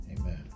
Amen